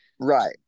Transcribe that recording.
right